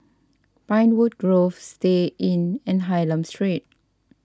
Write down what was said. Pinewood Grove Istay Inn and Hylam Street